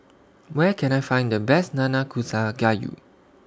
Where Can I Find The Best Nanakusa Gayu